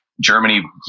Germany